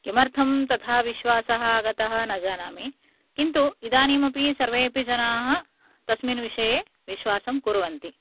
किमर्थं तथा विश्वासः आगतः न जानामि किन्तु इदानीमपि सर्वेऽपि जनाः तस्मिन् विषये विश्वासं कुर्वन्ति